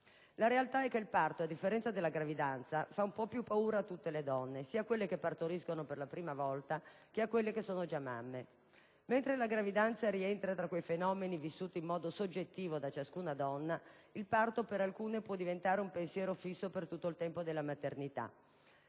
La realtà è che il parto, a differenza della gravidanza, fa un po' più paura a tutte le donne, sia a quelle che partoriscono per la prima volta che a quelle che sono già mamme. Mentre la gravidanza rientra tra quei fenomeni vissuti in modo soggettivo da ciascuna donna, il parto per alcune può diventare un pensiero fisso per tutto il tempo della gravidanza